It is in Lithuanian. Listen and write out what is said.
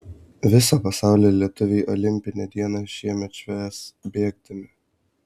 viso pasaulio lietuviai olimpinę dieną šiemet švęs bėgdami